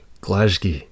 Glasgow